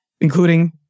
including